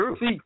see